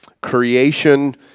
creation